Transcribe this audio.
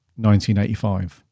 1985